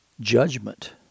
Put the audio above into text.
judgment